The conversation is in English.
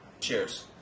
cheers